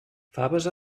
faves